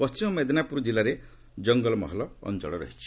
ପଶ୍ଚିମ ମେଦିନାପ୍ରର ଜିଲ୍ଲାରେ ଜଙ୍ଗଲ ମହଲ ଅଞ୍ଚଳ ରହିଛି